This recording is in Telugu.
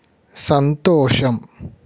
సంతోషం